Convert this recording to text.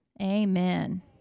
amen